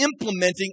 implementing